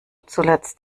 zuletzt